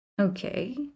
Okay